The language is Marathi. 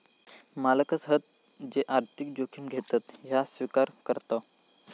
मालकच हत जे आर्थिक जोखिम घेतत ह्या स्विकार करताव